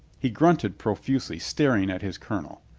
he grunted profusely, staring at his colonel.